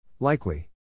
Likely